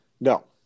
No